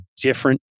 different